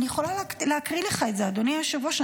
אני יכולה להקריא לך את זה, אדוני היושב-ראש.